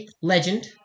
legend